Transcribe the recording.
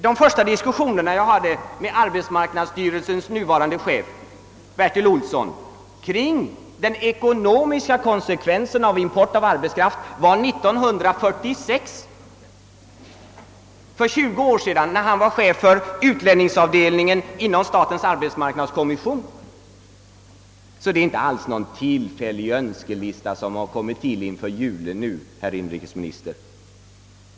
De första diskussionerna jag hade med = arbetsmarknadsstyrelsens nuvarande chef Bertil Olsson kring de ekonomiska konsekvenserna av import av arbetskraft ägde rum 1946 — alltså för 20 år sedan — när Bertil Olsson var chef för utlänningsavdelningen inom statens arbetsmarknadskommission. Jag har sålunda inte gjort upp någon tillfällig önskelista nu inför julen, herr inrikesminister.